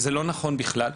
וזה לא נכון בכלל.